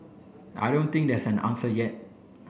I don't think there's an answer yet